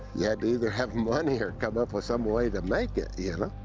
you had to either have money or come up with some way to make it, you know?